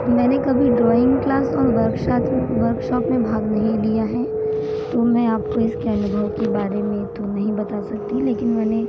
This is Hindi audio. मैंने कभी ड्रॉइंग क्लास और वर्क सात वर्क शॉप में भाग नहीं लिया है तो मैं आपको इस के अनुभव के बारे में तो नहीं बता सकती लेकिन मैंने